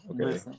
Okay